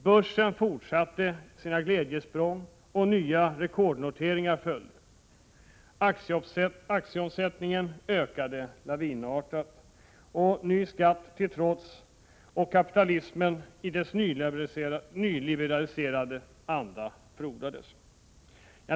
Börsen fortsatte sina glädjesprång, och nya rekordnoteringar följde. Aktieomsättningen ökade lavinartat, ny skatt till trots, och kapitalismen i dess nyliberaliserade anda frodades.